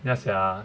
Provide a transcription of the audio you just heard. ya sia